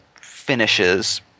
finishes